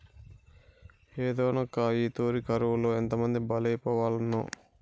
ఏందోనక్కా, ఈ తూరి కరువులో ఎంతమంది బలైపోవాల్నో